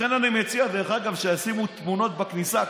לכן אני מציע, דרך אגב, שישימו תמונות בכניסה.